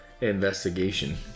investigation